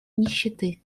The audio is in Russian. нищеты